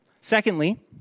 Secondly